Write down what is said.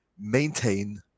maintain